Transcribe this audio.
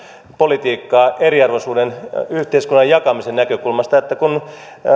politiikkaa eriarvoisuuden yhteiskunnan jakamisen näkökulmasta kun